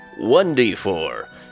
1d4